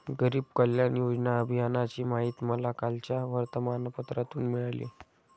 गरीब कल्याण योजना अभियानाची माहिती मला कालच्या वर्तमानपत्रातून मिळाली